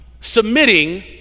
submitting